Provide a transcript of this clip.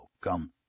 Come